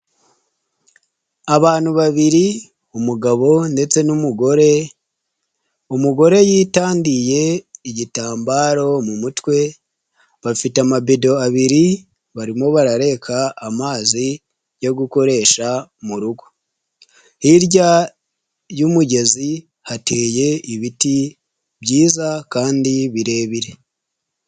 Abantu babiri umugabo ndetse n'umugore, umugore yitandiye igitambaro mu mutwe, bafite amabido abiri barimo barareka amazi yo gukoresha m'urugo, hirya y'umugezi hateye ibiti byiza kandi birebire.